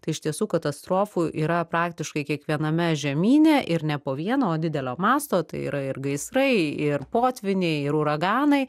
tai iš tiesų katastrofų yra praktiškai kiekviename žemyne ir ne po vieną o didelio masto tai yra ir gaisrai ir potvyniai ir uraganai